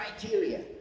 criteria